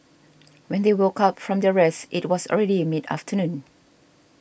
when they woke up from their rest it was already mid afternoon